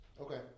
Okay